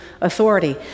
authority